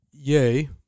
Yay